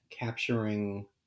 Capturing